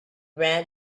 ran